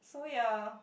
so ya